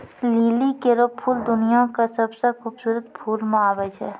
लिली केरो फूल दुनिया क सबसें खूबसूरत फूल म आबै छै